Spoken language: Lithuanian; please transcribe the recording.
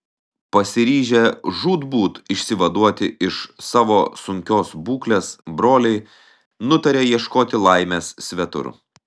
pasiryžę žūtbūt išsivaduoti iš savo sunkios būklės broliai nutarė ieškoti laimės svetur